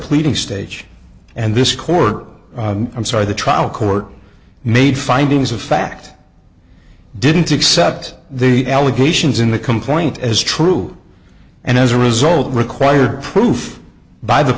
pleading stage and this court i'm sorry the trial court made findings of fact didn't accept the allegations in the complaint as true and as a result required proof by the